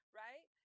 right